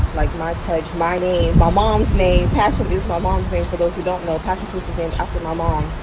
like my touch. my name. my mom's name. passion is my mom's name for those who don't know. passion twists is named after my mom.